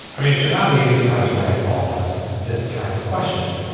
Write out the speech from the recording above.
i mean, it should not be any surprise where i fall in this kind of question.